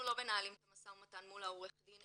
אנחנו לא מנהלים את המשא ומתן מול עורך הדין.